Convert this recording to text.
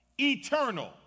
eternal